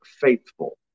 faithful